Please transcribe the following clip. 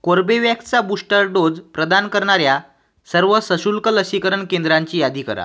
कोर्बिवॅक्सचा booster dose प्रदान करणाऱ्या सर्व सशुल्क लसीकरण केंद्रांची यादी करा